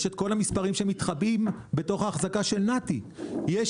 יש את כל המספרים שמתחבאים בתוך האחזקה של נת"י; יש